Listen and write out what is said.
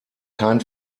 kein